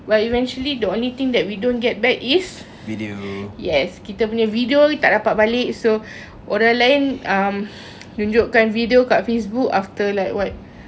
but eventually the only thing that we don't get back is yes kita punya video tak dapat balik so orang lain um tunjukkan video kat facebook after like what